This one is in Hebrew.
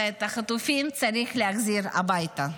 ואת החטופים צריך להחזיר הביתה.